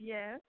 Yes